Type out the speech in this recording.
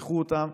תפתחו אותם.